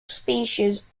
species